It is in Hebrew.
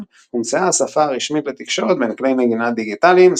הומצאה השפה הרשמית לתקשורת בין כלי נגינה דיגיטליים,